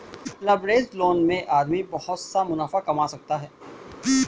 leveraged loan में आदमी बहुत सा मुनाफा कमा सकता है